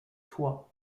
toit